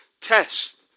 test